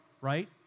right